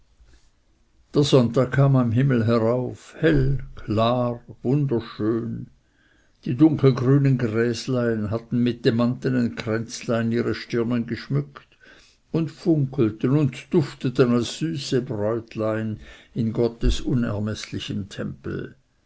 der sonntag kam am himmel herauf hell klar wunder schön die dunkelgrünen gräslein hatten mit demantenen kränzlein ihre stirnen geschmückt und funkelten und dufteten als süße bräutlein in gottes unermeßlichem tempel